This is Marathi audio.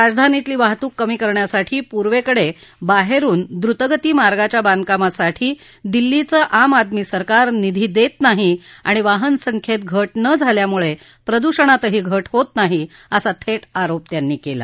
राजधानीतली वाहतूक कमी करण्यासाठी पूर्वेकडे बाहेरुन द्रुतगती मार्गाच्या बांधकामासाठी दिल्लीचं आम आदमी सरकार निधी देत नाही आणि वाहनसंख्येत घट न झाल्याने प्रदूषणात घट होत नाही असा थेट आरोपही त्यांनी केला